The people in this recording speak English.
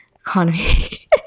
Economy